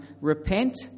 repent